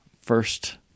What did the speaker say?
first